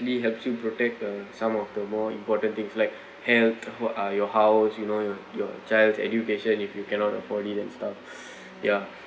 helps you protect uh some of the more important things like health uh your house you know your your child's education if you cannot afford it and stuff ya